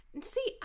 See